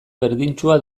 berdintsua